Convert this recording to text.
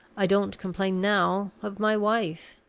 i don't complain now of my wife.